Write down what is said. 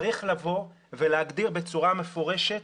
צריך לבוא ולהגדיר בצורה מפורשת